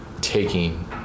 taking